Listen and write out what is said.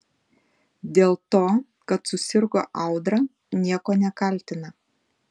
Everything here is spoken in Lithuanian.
dėl to kad susirgo audra nieko nekaltina